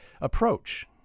approach